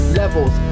levels